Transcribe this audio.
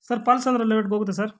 sir Palsandra ಲೇಔಟ್ಗೆ ಹೋಗುತ್ತಾ sir